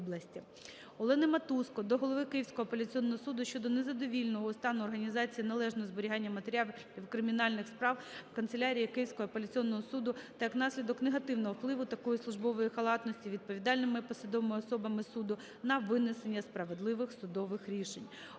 Олени Матузко до голови Київського апеляційного суду щодо незадовільненого стану організації належного зберігання матеріалів кримінальних справ в канцелярії Київського апеляційного суду та як наслідок негативного впливу такої службової халатності відповідальними посадовими особами суду на винесення справедливих судових рішень.